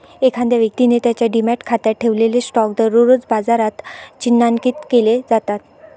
एखाद्या व्यक्तीने त्याच्या डिमॅट खात्यात ठेवलेले स्टॉक दररोज बाजारात चिन्हांकित केले जातात